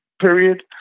period